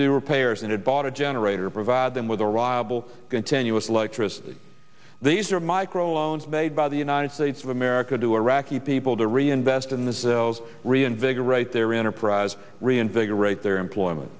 do repairs and had bought a generator provide them with a rival continuous electricity these are micro loans made by the united states of america to iraqi people to reinvest in the cells reinvigorate their enterprise reinvigorate their employment